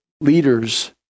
leaders